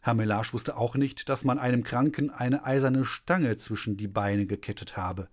herr mellage wußte auch nicht daß man einem kranken eine eiserne stange zwischen die beine gekettet habe